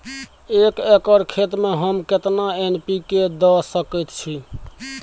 एक एकर खेत में हम केतना एन.पी.के द सकेत छी?